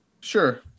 Sure